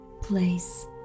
Place